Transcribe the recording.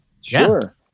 Sure